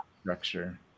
structure